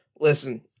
Listen